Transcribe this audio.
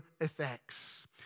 effects